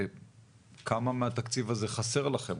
כמה מהתקציב הזה חסר לכם,